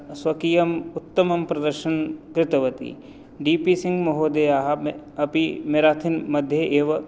स्वकीयम् उत्तमं प्रदर्शनं कृतवती डी पी सिङ्ग् महोदयः अपि मेराथन् मध्ये एव